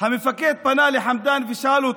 המפקד פנה לחמדאן ושאל אותו: